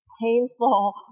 painful